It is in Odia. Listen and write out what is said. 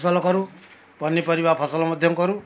ଫସଲ କରୁ ପନିପରିବା ଫସଲ ମଧ୍ୟ କରୁ